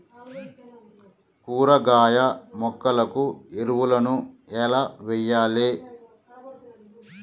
కూరగాయ మొక్కలకు ఎరువులను ఎలా వెయ్యాలే?